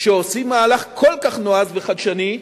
כשעושים מהלך כל כך נועז וחדשני,